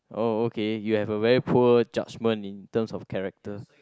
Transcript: oh okay you have a very poor judgement in terms of character